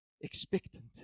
expectant